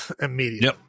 immediately